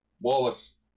Wallace